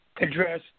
address